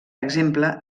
exemple